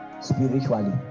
spiritually